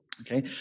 Okay